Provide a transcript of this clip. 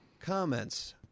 comments